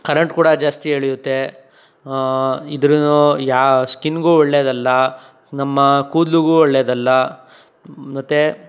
current ಕೂಡ ಜಾಸ್ತಿ ಎಳೆಯುತ್ತೆ ಇದರ ಸ್ಕಿನ್ಗೂ ಒಳ್ಳೆಯದಲ್ಲ ನಮ್ಮ ಕೂದ್ಲಿಗೂ ಒಳ್ಳೆಯದಲ್ಲ ಮತ್ತೆ